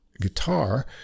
guitar